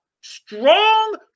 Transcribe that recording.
Strong